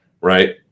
right